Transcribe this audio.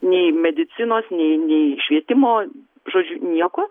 nei medicinos nei nei švietimo žodžiu nieko